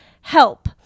Help